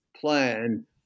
plan